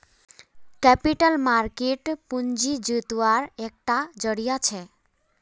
capital market पूँजी जुत्वार एक टा ज़रिया छे